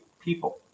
people